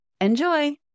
Enjoy